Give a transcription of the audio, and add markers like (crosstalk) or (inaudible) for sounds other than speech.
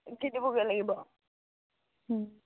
(unintelligible) লাগিব